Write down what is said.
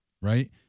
right